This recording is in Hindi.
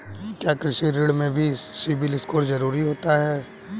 क्या कृषि ऋण में भी सिबिल स्कोर जरूरी होता है?